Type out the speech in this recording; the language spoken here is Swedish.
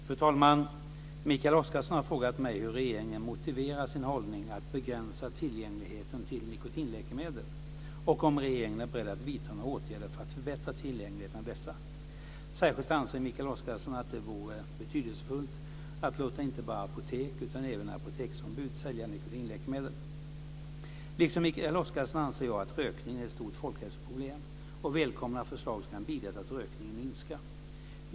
Fru talman! Mikael Oscarsson har frågat mig hur regeringen motiverar sin hållning att begränsa tillgängligheten till nikotinläkemedel och om regeringen är beredd att vidta några åtgärder för att förbättra tillgängligheten av dessa. Särskilt anser Mikael Oscarsson att det vore betydelsefullt att låta inte bara apotek utan även apoteksombuden sälja nikotinläkemedel. Liksom Mikael Oscarsson anser jag att rökningen är ett stort folkhälsoproblem och välkomnar förslag som kan bidra till att rökningen minskar.